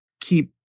keep